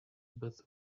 but